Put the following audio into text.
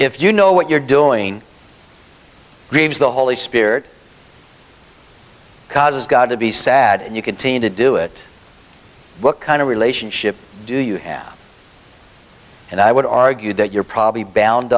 if you know what your doing grieves the holy spirit causes god to be sad and you continue to do it what kind of relationship do you have and i would argue that you're probably b